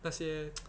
那些